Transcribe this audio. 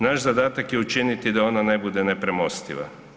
Naš zadatak je učiniti da ona ne bude nepremostiva.